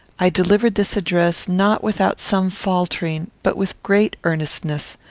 i delivered this address, not without some faltering, but with great earnestness.